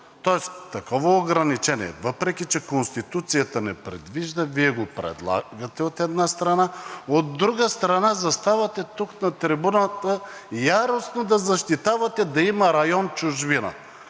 Тоест такова ограничение, въпреки че Конституцията не предвижда, Вие го предлагате, от една страна, от друга страна, заставате тук на трибуната яростно да защитавате да има район „Чужбина“.